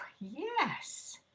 Yes